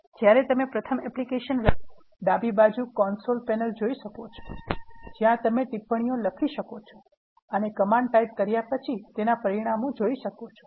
જ્યારે તમે પ્રથમ એપ્લિકેશનને રન કરશો ડાબી બાજુ કોન્સોલ પેનલ જોઇ શકો છો જ્યા તમે ટિપ્પણીઓ લખી શકો છો અને કમાન્ડ ટાઇપ કર્યા પછી તેના પરીણામો જોઇ શકો છો